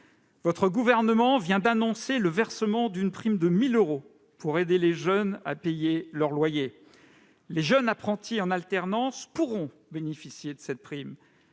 Votre gouvernement vient d'annoncer le versement d'une prime de 1 000 euros pour aider les jeunes à payer leur loyer. Les jeunes apprentis en alternance pourront bénéficier de cette prime.